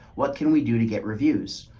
what can we do to get reviews?